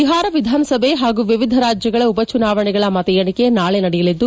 ಬಿಹಾರ ವಿಧಾನಸಭೆ ಹಾಗೂ ವಿವಿಧ ರಾಜ್ಯಗಳ ಉಪಚುನಾವಣೆಗಳ ಮತ ಎಣಿಕೆ ನಾಳೆ ನಡೆಯಲಿದ್ದು